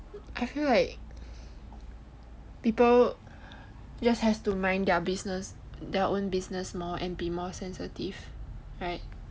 I feel like people just have to mind their business their own business more and be more sensitive right